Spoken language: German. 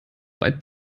weit